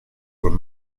were